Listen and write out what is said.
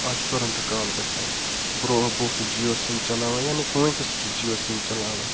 از چھِ تُرَنٛتہٕ کال گژھان بروٚنٛہہ بہٕ اوسُس جیو سِم چلاوان یعنی کہِ وٕنۍ کٮ۪س تہِ چھُس جیو سِم چلاوان